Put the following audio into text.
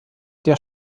der